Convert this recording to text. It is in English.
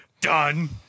Done